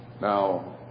Now